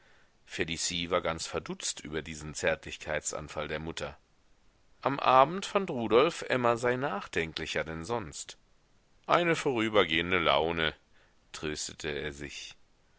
felicie war ganz verdutzt über diesen zärtlichkeitsanfall der mutter am abend fand rudolf emma sei nachdenklicher denn sonst eine vorübergehende laune tröstete er sich